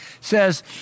says